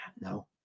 No